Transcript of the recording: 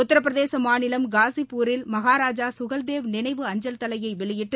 உத்தரப்பிரதேச மாநிலம் காஸிப்பூரில் மகாராஜா சுகேல்தேவ் நினைவு அஞ்சல் தலையை வெளியிட்டு